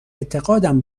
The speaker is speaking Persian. اعتقادم